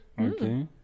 Okay